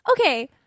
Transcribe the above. okay